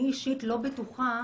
אני אישית לא בטוחה